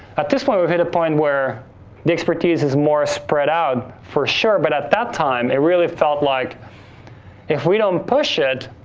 at this point, we hit a point where the expertise is more spread out for sure, but at that time, it really felt like if we don't push it,